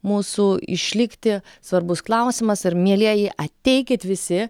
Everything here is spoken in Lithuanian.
mūsų išlikti svarbus klausimas ir mielieji ateikit visi